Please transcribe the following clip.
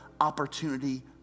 opportunity